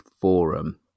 forum